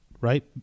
right